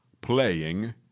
playing